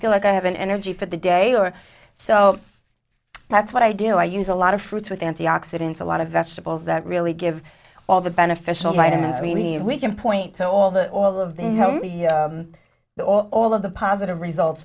feel like i have an energy for the day or so that's what i do i use a lot of fruits with antioxidants a lot of vegetables that really give all the beneficial vitamins we need we can point to all the all of the all of the positive results